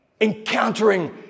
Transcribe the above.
Encountering